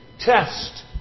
Test